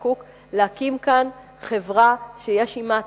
להקים כאן חברה שיש עמה תוכן,